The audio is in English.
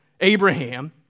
Abraham